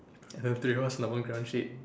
have three lah one ground sheet